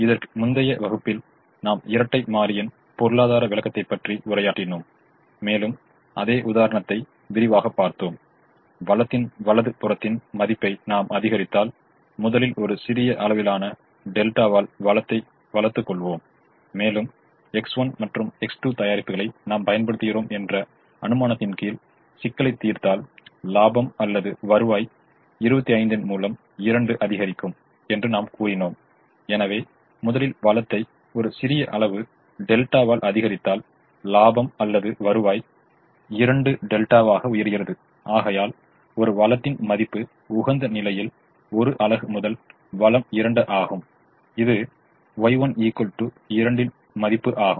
இதற்கு முந்தய வகுப்பில் நாம் இரட்டை மாறியின் பொருளாதார விளக்கத்தை பற்றி உரையாற்றினோம் மேலும் அதே உதாரணத்தைப் விரிவாக பார்த்தோம் வளத்தின் வலது புறத்தின் மதிப்பை நாம் அதிகரித்தால் முதலில் ஒரு சிறிய அளவிலான டெல்டாவால் வளத்தை வளர்த்துக் கொள்ளுவோம் மேலும் X1 மற்றும் X2 தயாரிப்புகளை நாம் பயன்படுத்துகிறோம் என்ற அனுமானத்தின் கீழ் சிக்கலைத் தீர்த்தால் லாபம் அல்லது வருவாய் 2δ ன்மூலம் 2 அதிகரிக்கும் என்று நாம் கூறுகிறோம் எனவே முதலில் வளத்தை ஒரு சிறிய அளவு டெல்டாவால் அதிகரித்தால் லாபம் அல்லது வருவாய் 2 δ ஆக உயர்கிறது ஆகையால் ஒரு வளத்தின் மதிப்பு உகந்த நிலையில் 1 அலகு முதல் வளம் 2 ஆகும் இது Y1 2 மதிப்பு ஆகும்